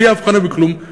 בלי אבחנה בכלום,